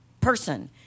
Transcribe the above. person